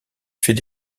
fait